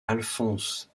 alphonse